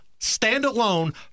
standalone